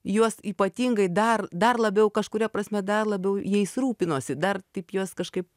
juos ypatingai dar dar labiau kažkuria prasme dar labiau jais rūpinosi dar taip juos kažkaip